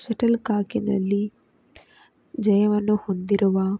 shuttle ಕಾಕಿನಲ್ಲಿ ಜಯವನ್ನು ಹೊಂದಿರುವ